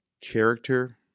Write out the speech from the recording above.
character